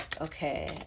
Okay